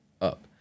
up